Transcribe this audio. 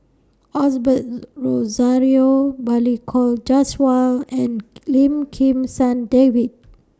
Osbert Rozario Balli Kaur Jaswal and Lim Kim San David